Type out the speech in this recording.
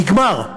נגמר.